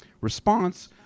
Response